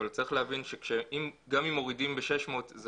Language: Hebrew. אבל צריך להבין שגם אם מורידים ב-600 זה